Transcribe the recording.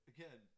Again